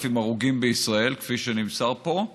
8,000 הרוגים בישראל, כפי שנמסר פה.